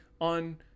on